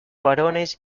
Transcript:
varones